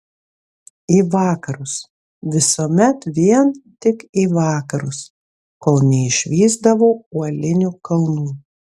į vakarus visuomet vien tik į vakarus kol neišvysdavau uolinių kalnų